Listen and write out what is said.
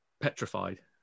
petrified